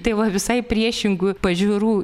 tai va visai priešingų pažiūrų